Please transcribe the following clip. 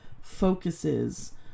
focuses